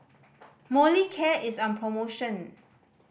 Molicare is on promotion